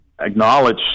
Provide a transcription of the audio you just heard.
acknowledge